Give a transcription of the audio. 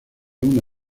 una